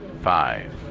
five